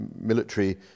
military